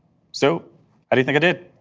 so how do you think i did?